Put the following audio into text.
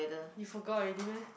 you forgot already meh